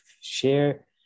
share